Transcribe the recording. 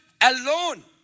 alone